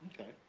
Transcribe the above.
Okay